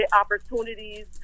opportunities